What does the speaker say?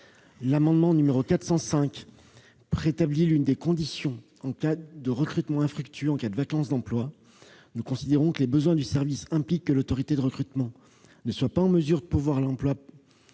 amendement tend à rétablir l'une des conditions du recrutement infructueux en cas de vacances d'emploi. Les besoins du service impliquent que l'autorité de recrutement ne soit pas en mesure de pourvoir l'emploi